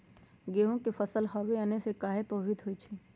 गेंहू के फसल हव आने से काहे पभवित होई छई?